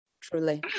truly